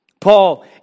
Paul